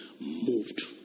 moved